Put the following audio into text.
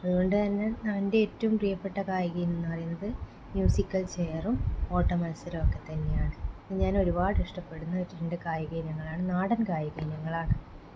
അതുകൊണ്ടുതന്നെ എൻ്റെ ഏറ്റവും പ്രിയപ്പെട്ട കായിക ഇനം എന്നു പറയുന്നത് മ്യൂസിക്കൽ ചെയറും ഓട്ടമത്സരവും ഒക്കെ തന്നെയാണ് ഞാൻ ഒരുപാട് ഇഷ്ടപ്പെടുന്ന രണ്ട് കായിക ഇനങ്ങളാണ് നാടൻ കായിക ഇനങ്ങളാണ്